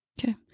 Okay